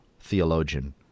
theologian